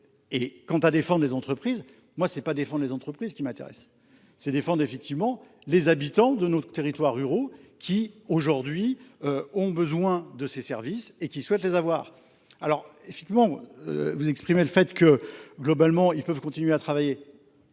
Quant à défendre les entreprises, moi ce n'est pas défendre les entreprises qui m'intéressent, c'est défendre effectivement les habitants de notre territoire rural qui aujourd'hui ont besoin de ces services et qui souhaitent les avoir. Alors, effectivement, vous exprimez le fait que, globalement, ils peuvent continuer à travailler